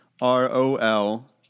R-O-L